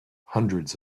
hundreds